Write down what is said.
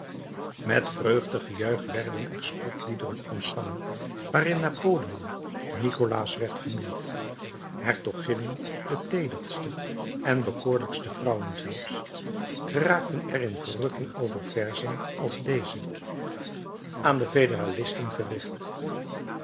met vreugdegejuich werden er spotliederen ontvangen waarin napoleon nikolaas werd genoemd hertoginnen de teederste en bekoorlijkste vrouwen zelfs geraakten er in verrukking over verzen als deze aan de federalisten gericht